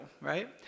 right